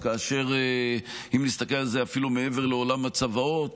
כאשר אם נסתכל על זה אפילו מעבר לעולם הצוואות,